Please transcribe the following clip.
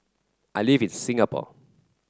I live in Singapore